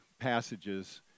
passages